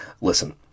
Listen